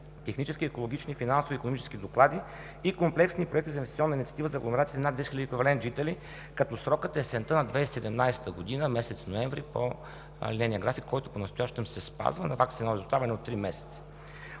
технически, екологични, финансови и икономически доклади, и комплексни проекти за инвестиционна инициатива за агломерациите над 10 000 еквивалент жители, като срокът е есента на 2017 г., месец ноември по линейния график, който понастоящем се спазва. Навакса се едно изоставане от три месеца.